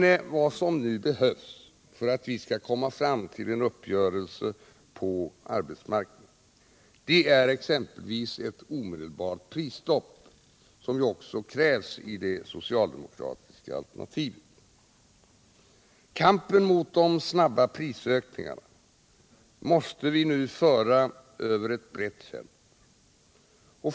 Men vad som nu behövs för att vi skall komma fram till en uppgörelse på arbetsmarknaden är exempelvis ett omedelbart prisstopp, som också krävs i det socialdemokratiska alternativet. Kampen mot de snabba prisökningarna måste nu föras över ett brett fält.